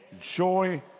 joy